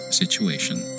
situation